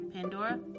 Pandora